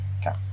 Okay